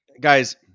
guys